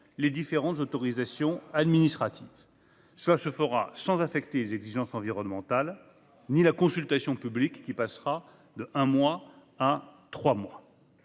les différentes autorisations administratives. Cela se fera sans affecter les exigences environnementales ni la consultation publique, dont la durée passera d'un mois à trois mois.